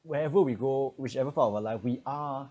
wherever we go whichever part of our life we are